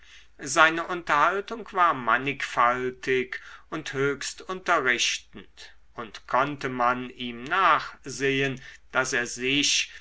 seine unterhaltung war mannigfaltig und höchst unterrichtend und konnte man ihm nachsehen daß er sich